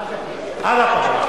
עד הפגרה,